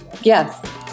Yes